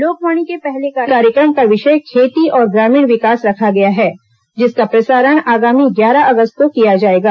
लोक वाणी के पहले कार्यक्रम का विषय खेती और ग्रामीण विकास रखा गया है जिसका प्रसारण आगामी ग्यारह अगस्त को किया जाएगा